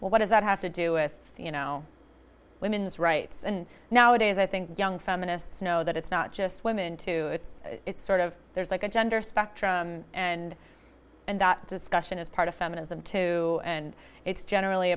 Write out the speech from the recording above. well what does that have to do with you know women's rights and nowadays i think young feminists know that it's not just women to it it's sort of there's like a gender spectrum and and that discussion is part of feminism too and it's generally